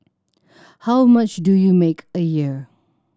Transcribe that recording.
how much do you make a year